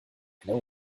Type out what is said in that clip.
know